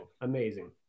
Amazing